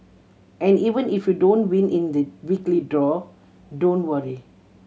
and even if you don't win in the weekly draw don't worry